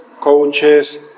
coaches